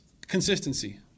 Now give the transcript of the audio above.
consistency